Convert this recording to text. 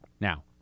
Now